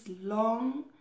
long